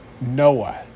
Noah